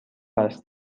است